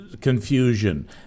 confusion